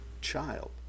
child